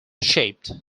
shaped